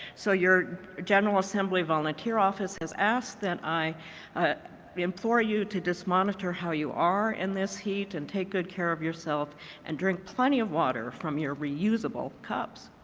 so your general assembly volunteer office has asked that i mean implore you to just monitor how you are in this heat and take good care of yourself and drink plenty of water from your reusable cups.